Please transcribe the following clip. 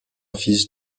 fils